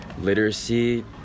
Literacy